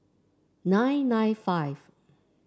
nine nine five